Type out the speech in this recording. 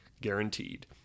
Guaranteed